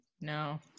No